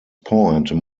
point